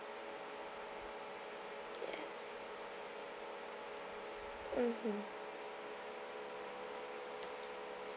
yes mmhmm